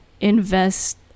invest